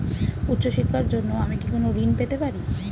উচ্চশিক্ষার জন্য আমি কি কোনো ঋণ পেতে পারি?